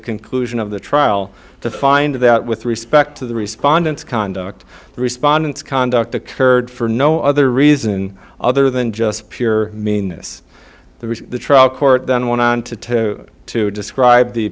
conclusion of the trial to find that with respect to the respondents conduct respondants conduct occurred for no other reason other than just pure minas there was the trial court then went on to to to describe the